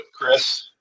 Chris